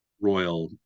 Royal